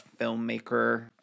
filmmaker